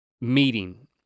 meeting